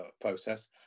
process